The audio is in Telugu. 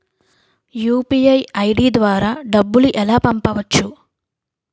యు.పి.ఐ ఐ.డి ద్వారా డబ్బులు ఎలా పంపవచ్చు?